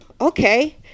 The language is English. Okay